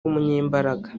w’umunyembaraga